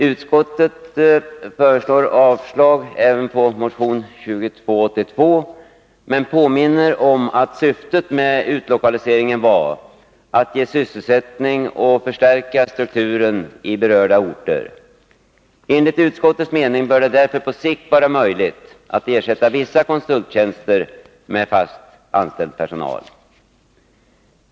Utskottet föreslår avslag även på motion 2282 men påminner om att syftet med utlokaliseringen var att ge sysselsättning och förstärka strukturen i berörda orter. Enligt utskottets mening bör det därför på sikt vara möjligt att ersätta vissa konsulttjänster med fast anställd personal.